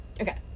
Okay